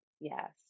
Yes